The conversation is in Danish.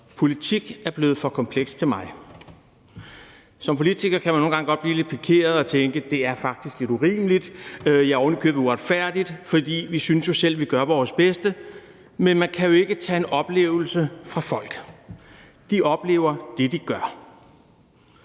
politik er blevet for komplekst til mig. Som politiker kan man nogle gange godt blive lidt pikeret og tænke: Det er faktisk lidt urimeligt, ja, oven i købet uretfærdigt, for vi synes jo selv, at vi gør vores bedste. Men man kan jo ikke tage en oplevelse fra folk. De oplever det, de gør.